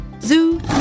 Zoo